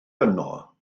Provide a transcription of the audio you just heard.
yno